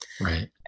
Right